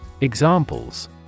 Examples